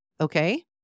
Okay